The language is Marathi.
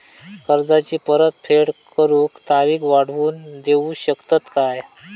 कर्जाची परत फेड करूक तारीख वाढवून देऊ शकतत काय?